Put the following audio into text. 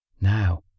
Now